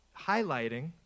highlighting